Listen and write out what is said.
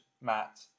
Matt